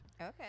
Okay